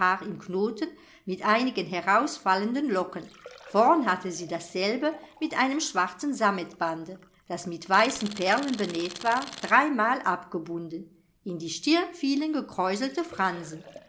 knoten mit einigen herausfallenden locken vorn hatte sie dasselbe mit einem schwarzen sammetbande das mit weißen perlen benäht war dreimal abgebunden in die stirn fielen gekräuselte fransen